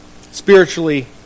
spiritually